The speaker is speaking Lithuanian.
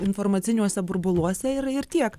informaciniuose burbuluose ir ir tiek